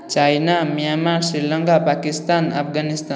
China Myanmar Sri Lanka Pakistan Afghanistan